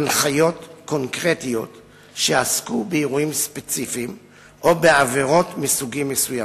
הנחיות קונקרטיות שעסקו בנושאים ספציפיים או בעבירות מסוגים מסוימים.